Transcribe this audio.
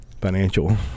financial